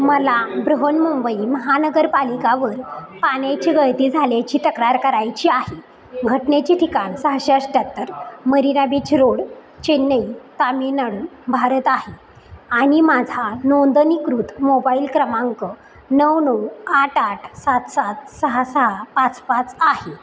मला बृहन्मुंबई महानगरपालिकावर पान्याची गळती झाल्याची तक्रार करायची आहे घटनेची ठिकाण सहाशे अष्ट्याहत्तर मरीना बीच रोड चेन्नई तामिळनाडू भारत आहे आणि माझा नोंदणीकृत मोबाईल क्रमांक नऊ नऊ आठ आठ सात सात सहा सहा पाच पाच आहे